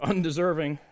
Undeserving